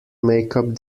makeup